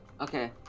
okay